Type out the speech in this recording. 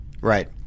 Right